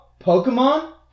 Pokemon